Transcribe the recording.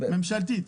ממשלתית.